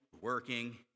working